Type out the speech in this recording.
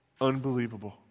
Unbelievable